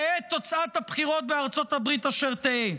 תהא תוצאת הבחירות בארצות הברית אשר תהא.